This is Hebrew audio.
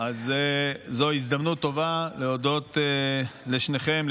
אז זו הזדמנות טובה להודות לשניכם,